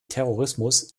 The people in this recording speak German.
terrorismus